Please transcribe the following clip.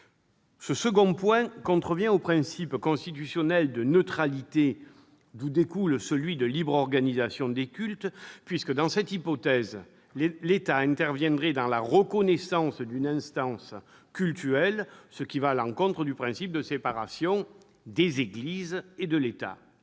Ce second point contrevient au principe constitutionnel de neutralité, dont découle celui de libre organisation des cultes, puisque, dans cette hypothèse, l'État interviendrait dans la reconnaissance d'une instance cultuelle, ce qui va à l'encontre du principe de séparation des Églises et de l'État.